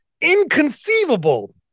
Inconceivable